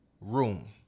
Room